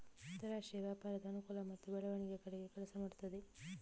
ಅಂತರಾಷ್ಟ್ರೀಯ ವ್ಯಾಪಾರದ ಅನುಕೂಲ ಮತ್ತು ಬೆಳವಣಿಗೆಯ ಕಡೆಗೆ ಕೆಲಸ ಮಾಡುತ್ತವೆ